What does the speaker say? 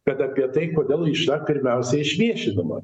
kad apie tai kodėl iš va pirmiausia išviešinama